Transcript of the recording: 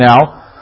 now